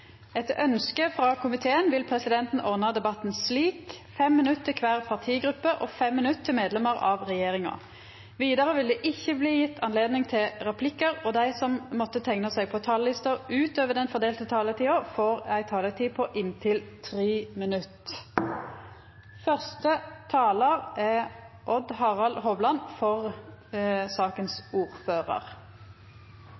Etter ønske frå justiskomiteen vil presidenten ordna debatten slik: 5 minutt til kvar partigruppe og 5 minutt til medlemar av regjeringa. Vidare vil det ikkje bli gitt anledning til replikkar, og dei som måtte teikna seg på talarlista utover den fordelte taletida, får ei taletid på inntil 3 minutt. Ordførar for saka er